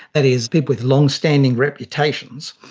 that is people with long-standing reputations,